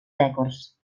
rècords